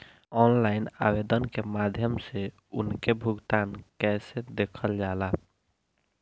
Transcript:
Online आवेदन के माध्यम से उनके भुगतान कैसे देखल जाला?